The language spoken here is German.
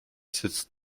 sitzt